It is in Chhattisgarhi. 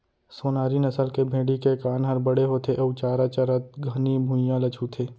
सोनारी नसल के भेड़ी के कान हर बड़े होथे अउ चारा चरत घनी भुइयां ल छूथे